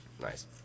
Nice